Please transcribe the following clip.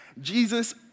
Jesus